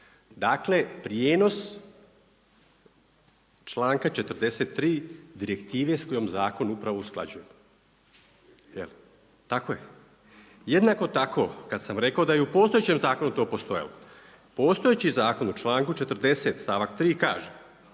Dakle prijenos članka 43. direktive s kojom zakon upravo usklađujemo. Tako je. Jednako tako, kada sam rekao da je i u postojećem zakonu to postojalo, postojeći zakon u članku 40, stavak 3 kaže,